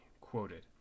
quoted